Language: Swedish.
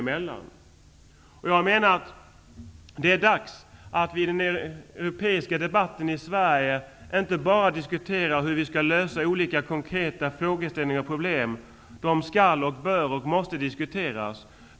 I den europeiska debatten i Sverige är det nu dags att vi inte enbart skall diskutera hur vi skall lösa olika konkreta frågor och problem. De skall, bör och får diskuteras.